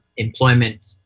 employment,